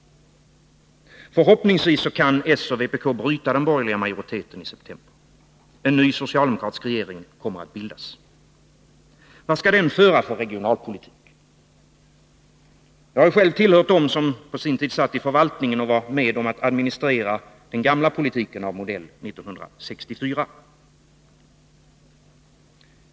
Förhoppningsvis kan s och vpk bryta den borgerliga majoriteten i september. En ny socialdemokratisk regering kommer att bildas. Vad skall den föra för regionalpolitik? Jag har själv tillhört dem som på sin tid satt i förvaltningen och var med om att administrera den gamla politiken av modell 1964.